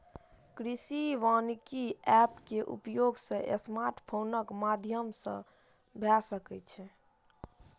कृषि वानिकी एप के उपयोग स्मार्टफोनक माध्यम सं भए सकै छै